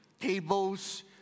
tables